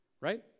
right